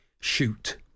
shoot